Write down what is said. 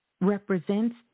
represents